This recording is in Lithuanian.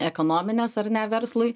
ekonominės ar ne verslui